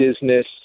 business